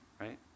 right